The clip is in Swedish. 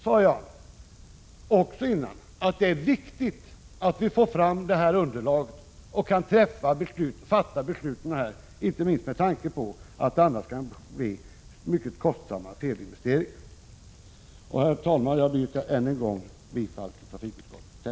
Jag sade också att det är viktigt att vi får fram detta underlag och kan fatta beslut, inte minst med tanke på att det annars kan bli mycket kostsamma felinvesteringar. Herr talman! Jag yrkar än en gång bifall till trafikutskottets hemställan.